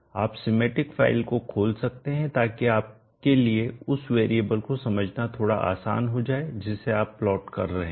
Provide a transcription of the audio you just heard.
आप semantic file को खोल सकते हैं ताकि आपके लिए उस वेरिएबल को समझना थोड़ा आसान हो जाए जिसे आप प्लॉट कर रहे हैं